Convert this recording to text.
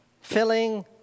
filling